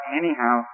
anyhow